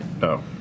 No